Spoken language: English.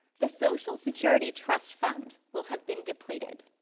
the social security trust fund will have been depleted.